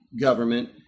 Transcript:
government